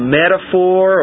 metaphor